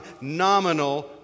nominal